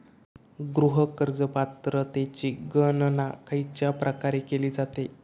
गृह कर्ज पात्रतेची गणना खयच्या प्रकारे केली जाते?